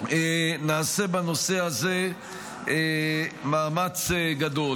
נעשה בנושא הזה מאמץ גדול.